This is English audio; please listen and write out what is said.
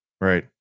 Right